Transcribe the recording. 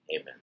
Amen